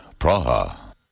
Praha